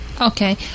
Okay